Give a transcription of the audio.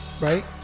right